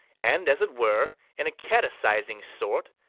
and, as it were, in catechising sort,